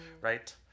Right